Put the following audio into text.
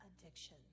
addiction